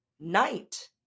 night